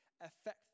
affect